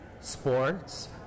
sports